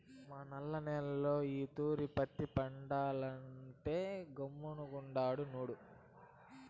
మా నల్ల నేల్లో ఈ తూరి పత్తి పంటేద్దామంటే గమ్ముగుండాడు సూడు